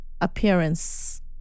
appearance